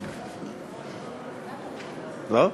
לא?